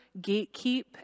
gatekeep